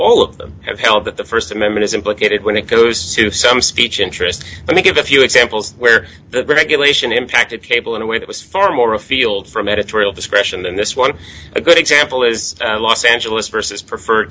all of them have held that the st amendment is implicated when it goes to some speech interests and we get a few examples where the regulation impacted cable in a way that was far more afield from editorial discretion and this one a good example is los angeles versus preferred